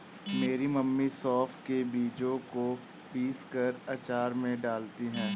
मेरी मम्मी सौंफ के बीजों को पीसकर अचार में डालती हैं